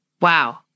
wow